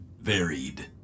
varied